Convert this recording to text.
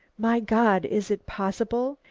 my god, is it possible?